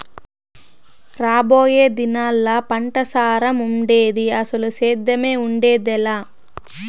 రాబోయే దినాల్లా పంటసారం ఉండేది, అసలు సేద్దెమే ఉండేదెలా